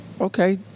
Okay